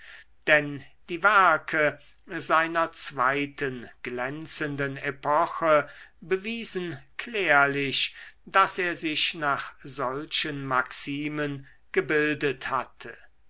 denn die werke seiner zweiten glänzenden epoche bewiesen klärlich daß er sich nach solchen maximen gebildet hatte